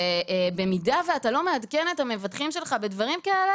במידה שאתה לא מעדכן את המבטחים שלך בדברים כאלה